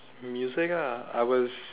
music lah I was